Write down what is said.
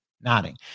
nodding